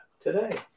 today